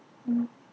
mm